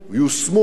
יושמו,